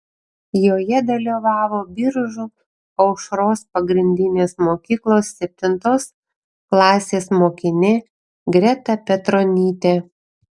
joje dalyvavo biržų aušros pagrindinės mokyklos septintos klasės mokinė greta petronytė